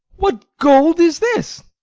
what gold is this?